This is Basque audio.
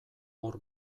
hor